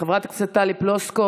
חברת הכנסת טלי פלוסקוב,